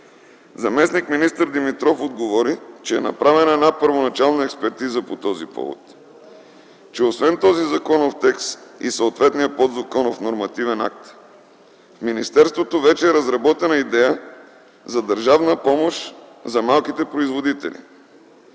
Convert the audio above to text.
Заместник-министър Димитров отговори, че е направена една първоначална експертиза по този повод, че освен този законов текст и съответният подзаконов нормативен акт в министерството вече е разработена идеята за държавна помощ за малките производители.